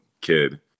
kid